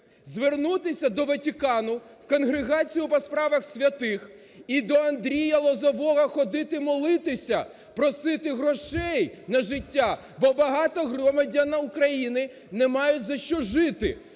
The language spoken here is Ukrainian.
Звернутися до Ватикану в конгрегацію по справах святих, і до Андрія Лозового ходити молотися, просити грошей на життя, бо багато громадян України не мають за що жити.